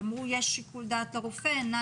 אם הוא חלה.